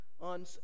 on